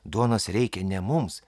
duonos reikia ne mums